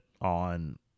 on